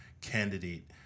candidate